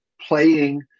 playing